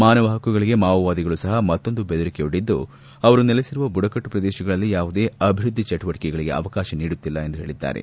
ಮಾನವ ಹಕ್ಕುಗಳಿಗೆ ಮಾವೋವಾದಿಗಳು ಸಹ ಮತ್ತೊಂದು ಬೆದರಿಕೆಯೊಡ್ಡಿದ್ದು ಅವರು ನೆಲೆಸಿರುವ ಬುಡಕಟ್ಟು ಪ್ರದೇಶಗಳಲ್ಲಿ ಯಾವುದೇ ಅಭಿವೃದ್ಧಿ ಚಟುವಟಿಕೆಗಳಿಗೆ ಅವಕಾಶ ನೀಡುತ್ತಿಲ್ಲ ಎಂದು ಹೇಳಿದ್ದಾರೆ